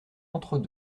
entre